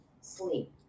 sleep